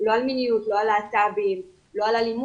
לא על מיניות, לא על להט"בים, לא על אלימות,